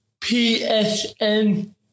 PSN